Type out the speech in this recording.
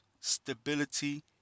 stability